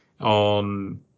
on